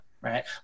Right